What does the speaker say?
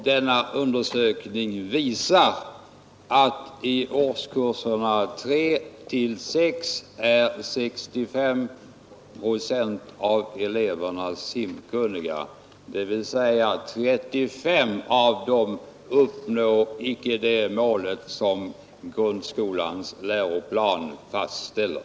Denna undersökning visar att i årskurserna 3—6 är 65 procent av eleverna simkunniga 35 procent av dem uppnår alltså inte det mål som grundskolans läroplan fastställer.